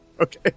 Okay